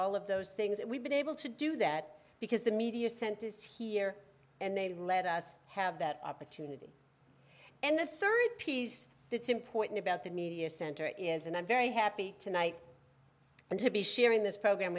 all of those things that we've been able to do that because the media center is here and they let us have that opportunity and the third piece that's important about the media center is and i'm very happy tonight and to be sharing this program